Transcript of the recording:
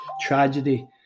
tragedy